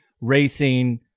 racing